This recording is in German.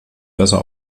besser